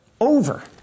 over